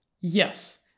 Yes